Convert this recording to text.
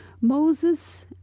Moses